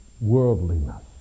worldliness